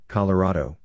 Colorado